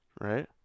right